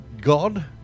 God